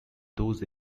those